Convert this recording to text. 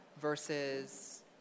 versus